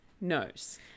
knows